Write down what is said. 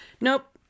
Nope